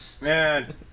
Man